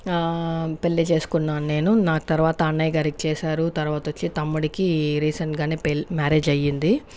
పెళ్ళి చేసుకున్నాను నేను నా తర్వాత అన్నయ్య గారికి చేశారు తర్వాత వచ్చి తమ్ముడికి రీసెంట్ గానే పె మ్యారేజ్ అయ్యింది